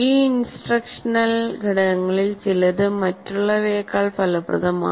ഈ ഇൻസ്ട്രക്ഷണൽ ഘടകങ്ങളിൽ ചിലത് മറ്റുള്ളവയേക്കാൾ ഫലപ്രദമാണ്